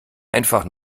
einfach